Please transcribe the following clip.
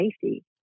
safety